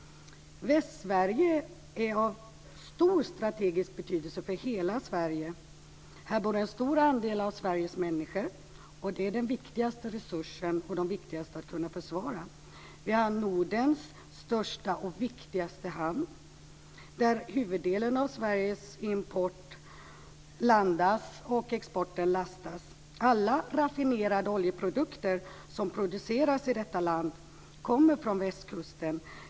Västsverige är av stor strategisk betydelse för hela Sverige. Här bor en stor andel av Sveriges människor. De är den viktigaste resursen och det viktigaste att försvara. Vi har Nordens största och viktigaste hamn i Göteborg, där huvuddelen av Sveriges import landar och export lastas. Alla raffinerade oljeprodukter som produceras i detta land kommer från västkusten.